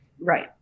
Right